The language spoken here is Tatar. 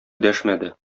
дәшмәде